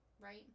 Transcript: right